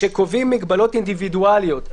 כשקובעים מגבלות אינדיבידואליות,